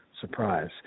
surprise